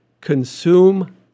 Consume